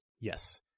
yes